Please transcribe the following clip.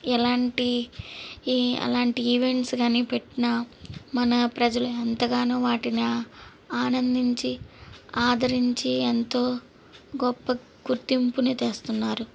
ఎలాంటి ఎలాంటి ఈవెంట్స్ కానీ పెట్టినా మన ప్రజలు ఎంతగానో వాటిని ఆనందించి ఆదరించి ఎంతో గొప్ప గుర్తింపును తెస్తున్నారు